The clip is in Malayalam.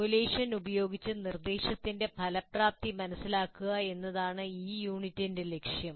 സിമുലേഷൻ ഉപയോഗിച്ച് നിർദ്ദേശത്തിന്റെ ഫലപ്രാപ്തി മനസ്സിലാക്കുക എന്നതാണ് ഈ യൂണിറ്റിന്റെ ലക്ഷ്യം